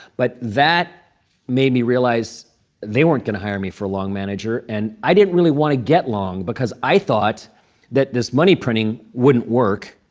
but that made me realize they weren't going to hire me for a long manager. and i didn't really want to get long because i thought that this money printing wouldn't work